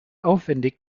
aufwendig